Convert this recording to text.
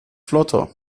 flotter